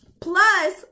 Plus